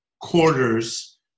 quarters